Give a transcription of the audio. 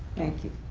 thank you.